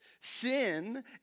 Sin